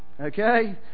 Okay